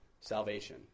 salvation